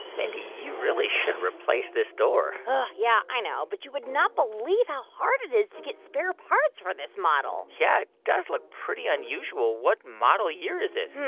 mindy, you really should replace this door yeah, i know. but you would not believe how hard it is to get spare parts for this model yeah, it does look pretty unusual. what model year is it?